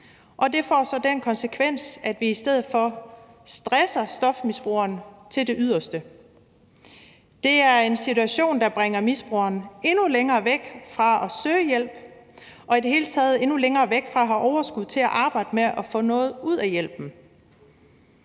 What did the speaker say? og det får så den konsekvens, at vi i stedet for stresser stofmisbrugeren til det yderste. Det er en situation, der bringer misbrugeren endnu længere væk fra at søge hjælp og i det hele taget endnu længere fra at have overskud til at arbejde med at få noget ud af hjælpen.